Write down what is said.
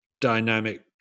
dynamic